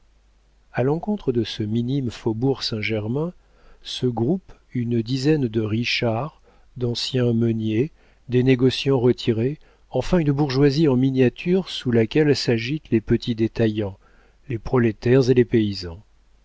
a l'encontre de ce minime faubourg saint-germain se groupent une dizaine de richards d'anciens meuniers des négociants retirés enfin une bourgeoisie en miniature sous laquelle s'agitent les petits détaillants les prolétaires et les paysans